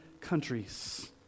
countries